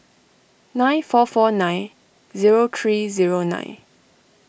nine four four nine zero three zero nine